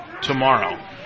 tomorrow